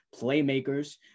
playmakers